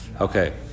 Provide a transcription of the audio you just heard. Okay